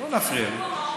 לא להפריע לי.